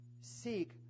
seek